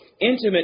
intimate